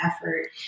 effort